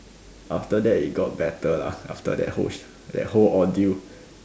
after that it got better lah after that whole sh~ that whole ordeal